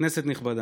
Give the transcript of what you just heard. כנסת נכבדה,